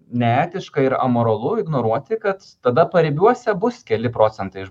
neetiška ir amoralu ignoruoti kad tada paribiuose bus keli procentai